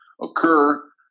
occur